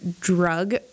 drug